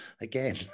again